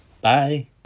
Bye